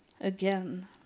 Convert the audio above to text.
again